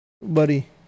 buddy